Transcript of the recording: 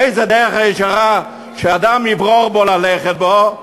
איזו דרך ישרה שאדם יברור ללכת בה?